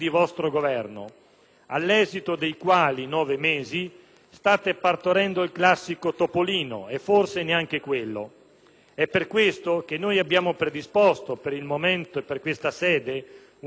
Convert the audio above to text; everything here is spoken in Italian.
all'esito dei quali state partorendo il classico topolino (e forse neanche quello). È per questo che noi abbiamo predisposto, per il momento e per questa sede, una risoluzione,